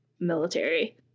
military